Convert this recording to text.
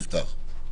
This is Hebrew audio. יפתח?